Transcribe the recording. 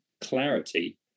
clarity